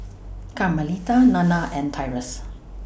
Carmelita Nanna and Tyrus